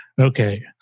Okay